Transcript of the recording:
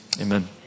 amen